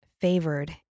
favored